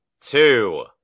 two